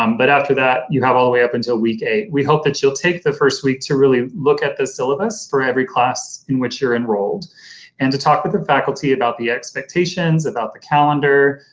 um but after that you have all the way up until week eight. we hope that you'll take the first week to really look at the syllabus for every class in which you're enrolled and to talk with the faculty about the expectations, about the calendar,